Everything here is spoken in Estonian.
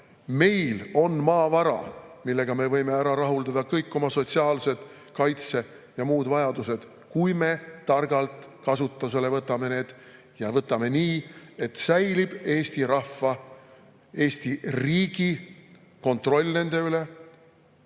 Meil on maavarad, millega me võime ära rahuldada kõik oma sotsiaalsed, kaitse- ja muud vajadused, kui me need targalt kasutusele võtame ja [teeme seda] nii, et säilib Eesti rahva ja Eesti riigi kontroll nende üle